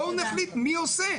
בואו נחליט מי עושה.